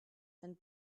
and